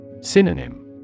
Synonym